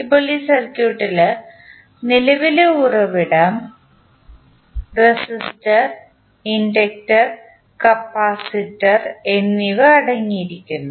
ഇപ്പോൾ ഈ സർക്യൂട്ടിൽ നിലവിലെ ഉറവിടം റെസിസ്റ്റർ ഇൻഡക്റ്റർ കപ്പാസിറ്റർresistor inductor capacitor എന്നിവ അടങ്ങിയിരിക്കുന്നു